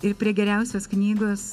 ir prie geriausios knygos